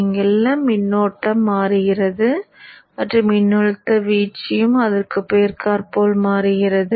இங்கு மின்னோட்டம் மாறுகிறது மற்றும் மின்னழுத்த வீழ்ச்சியும் அதற்கேற்ப மாறுகிறது